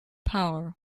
power